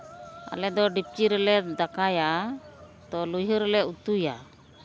ᱟᱞᱮᱫᱚ ᱰᱮᱠᱪᱤ ᱨᱮᱞᱮ ᱫᱟᱠᱟᱭᱟ ᱛᱚ ᱞᱩᱭᱦᱟᱹ ᱨᱮᱞᱮ ᱩᱛᱩᱭᱟ